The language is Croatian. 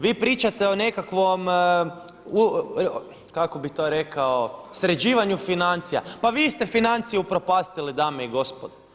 Vi pričate o nekakvom kako bi to rekao, sređivanju financija, pa vi ste financije upropastili dame i gospodo.